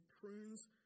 prunes